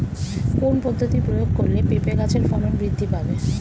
কোন পদ্ধতি প্রয়োগ করলে পেঁপে গাছের ফলন বৃদ্ধি পাবে?